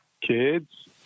kids